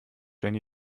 jenny